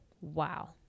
wow